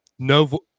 No